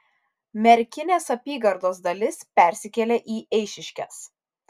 merkinės apygardos dalis persikėlė į eišiškes